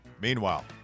Meanwhile